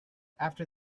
after